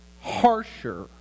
harsher